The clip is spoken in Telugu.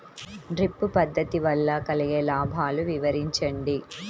డ్రిప్ పద్దతి వల్ల కలిగే లాభాలు వివరించండి?